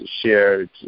shared